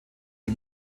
die